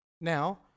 Now